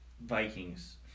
Vikings